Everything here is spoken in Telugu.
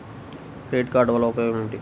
క్రెడిట్ కార్డ్ వల్ల ఉపయోగం ఏమిటీ?